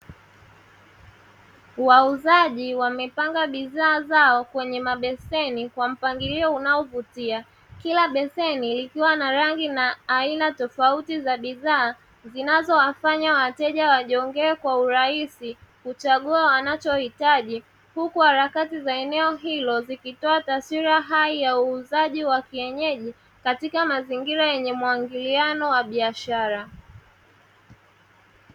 Wauzaji wamepanga bidhaa zao kwenye mabeseni kwa mpangilio unaovutia, kila beseni likiwa na rangi na aina tofauti za bidhaa zinazowafanya wateja wajongee kwa urahisi kuchagua wanachohitaji; huku harakati za eneo hilo zikitoa taswira hai ya uuzaji wa kienyeji katika mazingira yenye mwangiliano wa biashara